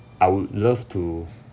I would love to